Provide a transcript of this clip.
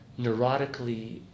neurotically